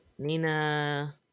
Nina